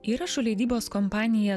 įrašų leidybos kompanija